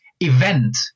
event